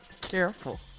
Careful